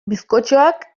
bizkotxoak